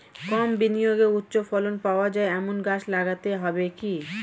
কম বিনিয়োগে উচ্চ ফলন পাওয়া যায় এমন গাছ লাগাতে হবে কি?